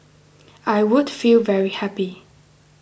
I would feel very happy